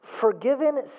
Forgiven